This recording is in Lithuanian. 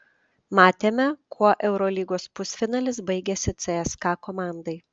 matėme kuo eurolygos pusfinalis baigėsi cska komandai